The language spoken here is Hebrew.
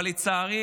אבל לצערי,